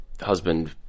husband